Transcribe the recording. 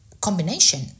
combination